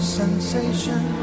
sensation